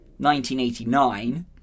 1989